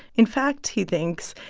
in fact, he thinks,